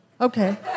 Okay